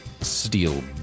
steel